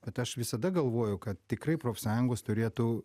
bet aš visada galvoju kad tikrai profsąjungos turėtų